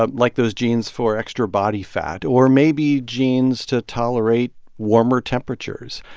ah like those genes for extra body fat, or maybe genes to tolerate warmer temperatures.